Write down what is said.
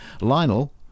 Lionel